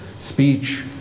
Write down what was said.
speech